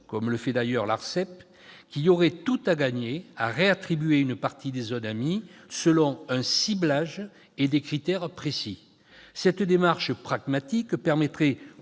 comme le fait d'ailleurs l'ARCEP, qu'il y aurait tout à gagner à réattribuer une partie des zones AMII selon un ciblage et des critères précis. Cette démarche pragmatique permettrait,